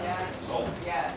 yeah yeah